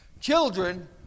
Children